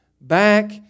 back